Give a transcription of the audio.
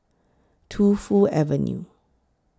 Tu Fu Avenue